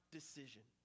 decision